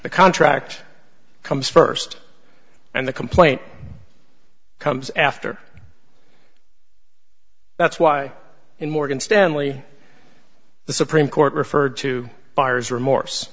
the contract comes first and the complaint comes after that's why in morgan stanley the supreme court referred to buyer's remorse